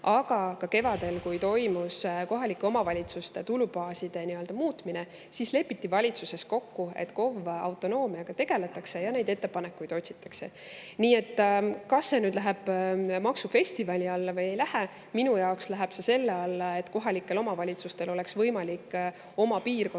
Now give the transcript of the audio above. ning kevadel, kui toimus kohalike omavalitsuste tulubaaside muutmine, lepiti valitsuses kokku, et KOV‑ide autonoomiaga tegeletakse ja neid [lahendusi] otsitakse. Kas see nüüd läheb maksufestivali alla või ei lähe? Minu jaoks läheb see selle alla, et kohalikel omavalitsustel oleks võimalik oma piirkondi